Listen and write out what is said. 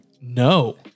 no